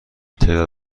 تعداد